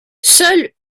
seule